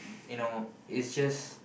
you know is just